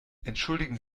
entschuldigen